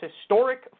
historic